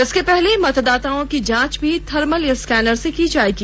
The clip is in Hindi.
इसके पहले मतदाताओं की जांच भी थर्मल स्कैनर से की जायेगी